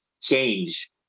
change